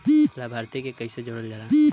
लभार्थी के कइसे जोड़ल जाला?